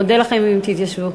אודה לכם אם תתיישבו.